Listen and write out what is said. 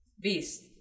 Beast